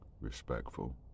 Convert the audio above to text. respectful